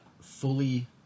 fully